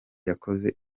yakoze